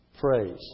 phrase